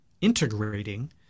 integrating